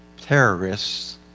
terrorists